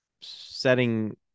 setting